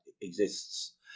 exists